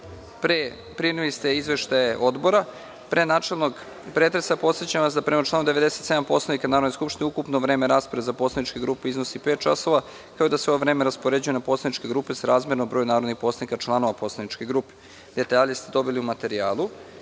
Vlada. Primili ste Izveštaje odbora. Pre načelnog pretresa, podsećam vas da prema članu 97. Poslovnika Narodne skupštine ukupno vreme za poslaničke grupe iznosi pet časova, kao i da se ovo vreme raspoređuje na poslaničke grupe srazmerno broju narodnih poslanika članova poslaničke grupe. Detalje ste dobili u materijalu. Molim